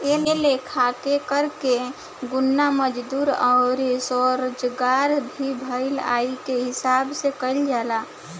ए लेखा के कर के गणना मजदूरी अउर स्वरोजगार से भईल आय के हिसाब से कईल जाला